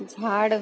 झाड